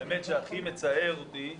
האמת שהכי מצער אותי וכואב,